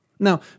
Now